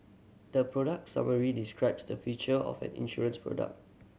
the product summary describes the feature of an insurance product